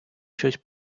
щось